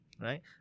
right